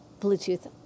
Bluetooth